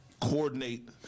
Coordinate